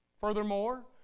Furthermore